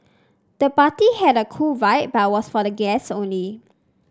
the party had a cool vibe but was for the guests only